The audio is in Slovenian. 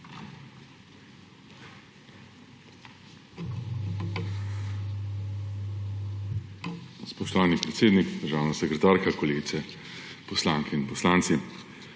Spoštovani predsednik, državna sekretarka, kolegice poslanke in kolegi